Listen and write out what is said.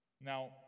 Now